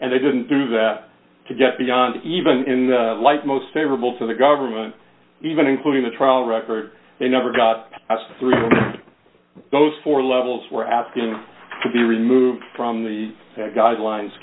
and they didn't do that to get beyond even in the light most favorable to the government even including the trial record they never got through those four levels were asking to be removed from the guidelines